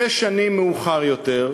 שש שנים מאוחר יותר,